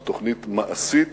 זאת תוכנית מעשית